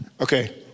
Okay